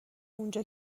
اونجا